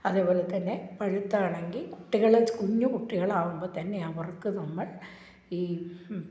അതേപോലെതന്നെ പഴുത്തതാണെങ്കിൽ കുട്ടികൾ കുഞ്ഞ് കുട്ടികളാകുമ്പോൾ തന്നെ അവര്ക്കു നമ്മള് ഈ